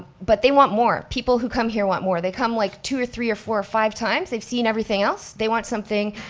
but they want more, people who come here want more, they come like two or three or four or five times, they've seen everything else, they want something,